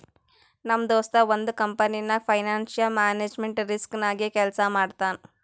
ನಮ್ ದೋಸ್ತ ಒಂದ್ ಕಂಪನಿನಾಗ್ ಫೈನಾನ್ಸಿಯಲ್ ಮ್ಯಾನೇಜ್ಮೆಂಟ್ ರಿಸ್ಕ್ ನಾಗೆ ಕೆಲ್ಸಾ ಮಾಡ್ತಾನ್